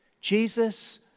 Jesus